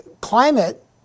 Climate